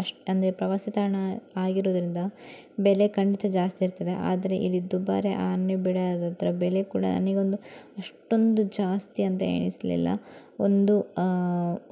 ಅಷ್ಟು ಅಂದರೆ ಪ್ರವಾಸ ತಾಣ ಆಗಿರೋದ್ರಿಂದ ಬೆಲೆ ಖಂಡಿತ ಜಾಸ್ತಿ ಇರ್ತದೆ ಆದರೆ ಇಲ್ಲಿ ದುಬಾರೆ ಆನೆ ಬಿಡಾರದ ಹತ್ತಿರ ಬೆಲೆ ಕೂಡ ನನಗೊಂದು ಅಷ್ಟೊಂದು ಜಾಸ್ತಿ ಅಂತ ಎಣಿಸಲಿಲ್ಲ ಒಂದು